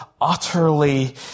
utterly